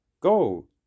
Go